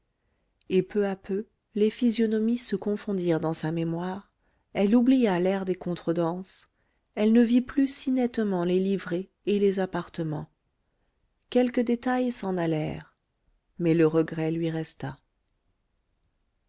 et peu à peu les physionomies se confondirent dans sa mémoire elle oublia l'air des contredanses elle ne vit plus si nettement les livrées et les appartements quelques détails s'en allèrent mais le regret lui resta